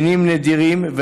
מינים נדירים,